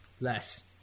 Less